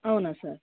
అవునా సార్